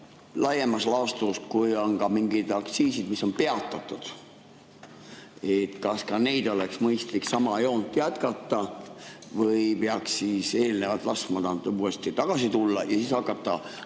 laiemas laastus, kui on mingid aktsiisid, mis on peatatud, kas nende puhul oleks mõistlik sama joont jätkata või peaks eelnevalt laskma nad uuesti tagasi tulla ja siis hakata